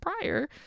prior